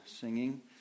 singing